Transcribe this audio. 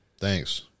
thanks